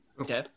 Okay